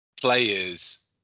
players